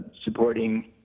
supporting